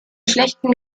schlechtem